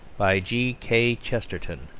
by g. k. chesterton